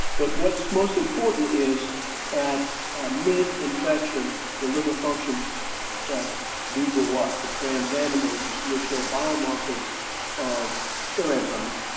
but what's most important is at mid-infection, the liver function tests do go up. the transaminases, which are biomarkers of their enzymes,